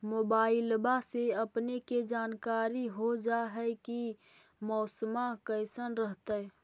मोबाईलबा से अपने के जानकारी हो जा है की मौसमा कैसन रहतय?